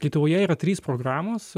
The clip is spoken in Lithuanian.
lietuvoje yra trys programos